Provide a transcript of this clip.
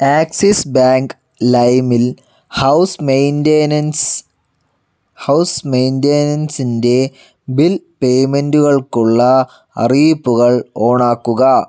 axis bank ലൈമിൽ house maintenance house മെയിൻ്റെനൻസിൻ്റെ bill പേയ്മെൻറ്റുകൾക്കുള്ള അറിയിപ്പുകൾ ഓണാക്കുക